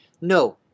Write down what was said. No